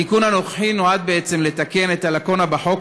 התיקון הנוכחי נועד בעצם לתקן את הלקונה בחוק,